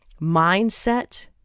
mindset